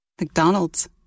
McDonald's